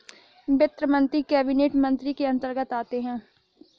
वित्त मंत्री कैबिनेट मंत्री के अंतर्गत आते है